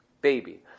baby